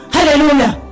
Hallelujah